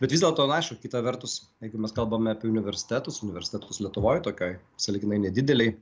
bet vis dėlto aišku kita vertus jeigu mes kalbame apie universitetus universitetus lietuvoj tokioj sąlyginai nedidelwj